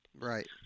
Right